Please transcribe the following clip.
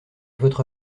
votre